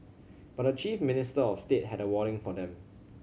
but the chief minister of the state had a warning for them